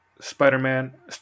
spider-man